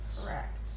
Correct